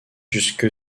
jusque